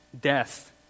death